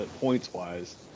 points-wise